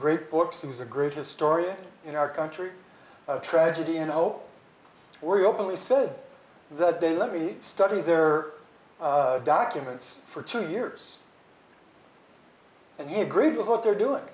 great books he was a great historian in our country a tragedy and i hope we're openly said that they let me study their documents for two years and he agreed with what they're doing